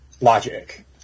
logic